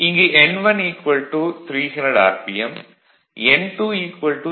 vlcsnap 2018 11 05 10h06m35s46 இங்கு n1 300 R